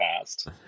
past